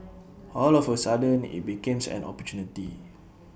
all of A sudden IT becomes an opportunity